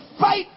fight